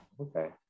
Okay